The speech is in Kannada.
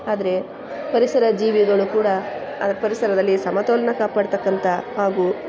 ಆದರೆ ಪರಿಸರ ಜೀವಿಗಳು ಕೂಡ ಅದರ ಪರಿಸರದಲ್ಲಿ ಸಮತೋಲನ ಕಾಪಾಡ್ತಕ್ಕಂಥ ಹಾಗೂ